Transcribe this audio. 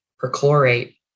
perchlorate